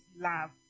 love